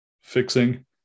fixing